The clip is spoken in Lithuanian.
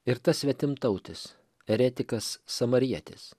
ir tas svetimtautis eretikas samarietis